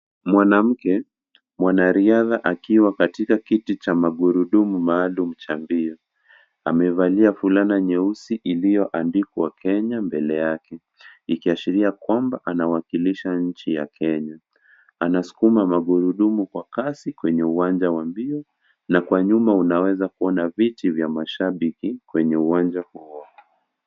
Mwanamke, mwanaridha akiwa katika kiti cha magurudumu maalum cha mbio. Amevalia fulana nyeusi iliyoandikwa Kenya mbele yake, ikiashiria kwamba anawakilisha nchi ya Kenya. Anasukuma magurudumu kwa kasi kwenye uwanja wa mbio, na kwa nyuma unaeza kuona viti vya mashabiki kwenye uwanja huo.